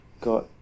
got